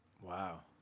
Wow